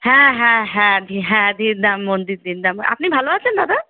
হ্যাঁ হ্যাঁ হ্যাঁ হ্যাঁ ধীরধাম মন্দির ধীরধাম আপনি ভালো আছেন দাদা